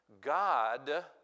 God